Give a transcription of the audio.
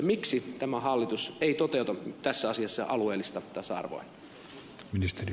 miksi tämä hallitus ei toteuta tässä asiassa alueellista tasa arvoa